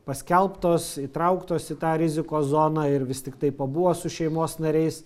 paskelbtos įtrauktos į tą rizikos zoną ir vis tiktai pabuvo su šeimos nariais